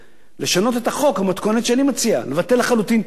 לשנות את החוק למתכונת שאני מציע: לבטל לחלוטין את האגרה,